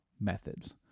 methods